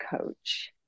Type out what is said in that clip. coach